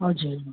हजुर